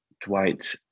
Dwight